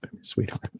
Sweetheart